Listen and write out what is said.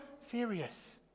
serious